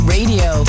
Radio